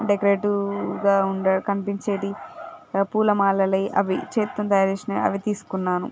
డెకరేటివ్గా ఉండి కనిపించేవి పూల మాలలు అవి చేతితో తయారు చేసినవి అవి తీసుకున్నాను